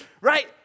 Right